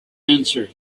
answered